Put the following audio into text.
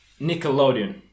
Nickelodeon